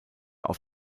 auf